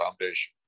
foundation